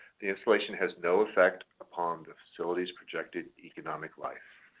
the installation has no effect upon the facility's projected economic life.